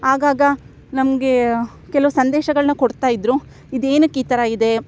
ಆಗಾಗ ನಮಗೆ ಕೆಲವು ಸಂದೇಶಗಳನ್ನ ಕೊಡ್ತಾಯಿದ್ದರು ಇದೇನಕ್ಕೆ ಈ ಥರ ಇದೆ